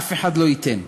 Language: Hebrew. אף אחד לא ייתן.